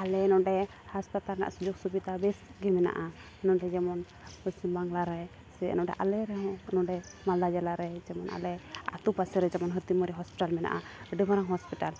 ᱟᱞᱮ ᱱᱚᱰᱮ ᱦᱟᱥᱯᱟᱛᱟᱞ ᱨᱮᱭᱟᱜ ᱥᱩᱡᱳᱜᱽ ᱥᱩᱵᱤᱫᱷᱟ ᱵᱮᱥ ᱜᱮ ᱢᱮᱱᱟᱜᱼᱟ ᱱᱚᱰᱮ ᱡᱮᱢᱚᱱ ᱯᱚᱪᱷᱤᱢ ᱵᱟᱝᱞᱟ ᱨᱮ ᱥᱮ ᱱᱚᱰᱮ ᱟᱞᱮ ᱨᱮ ᱦᱚᱸ ᱱᱚᱰᱮ ᱢᱟᱞᱫᱟ ᱡᱮᱞᱟ ᱨᱮ ᱡᱮᱢᱚᱱ ᱟᱞᱮ ᱟᱛᱳ ᱯᱟᱥᱮ ᱨᱮ ᱡᱮᱢᱚᱱ ᱦᱟᱹᱛᱤᱢᱟᱹᱨᱤ ᱦᱚᱥᱯᱟᱛᱟᱞ ᱢᱮᱱᱟᱜᱼᱟ ᱟᱹᱰᱤ ᱢᱟᱨᱟᱝ ᱦᱚᱥᱯᱤᱴᱟᱞ